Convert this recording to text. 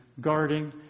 guarding